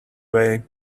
way